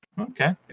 Okay